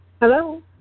Hello